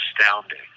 astounding